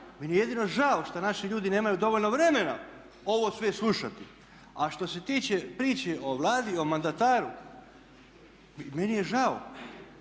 Meni je jedino žao što naši ljudi nemaju dovoljno vremena ovo sve slušati. A što se tiče priče o Vladi i o mandataru meni je žao,